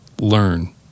Learn